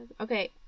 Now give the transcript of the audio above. Okay